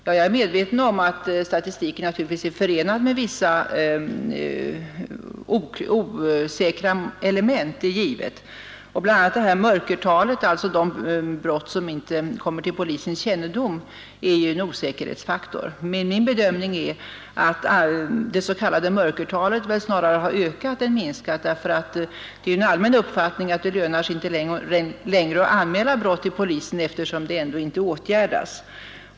Jag är medveten om att statistik naturligtvis är förenad med vissa osäkra element; bl.a. är ju det s.k. mörkertalet — alltså antalet brott som inte kommer till polisens kännedom — en osäkerhetsfaktor. Men min bedömning är att mörkertalet väl snarare har ökat än minskat. Det är en allmän uppfattning att det inte längre lönar sig att anmäla brott till polisen, eftersom de ändå inte åtgärdas.